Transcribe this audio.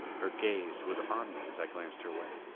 her gaze was on me as i glanced her way,